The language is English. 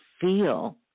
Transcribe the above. feel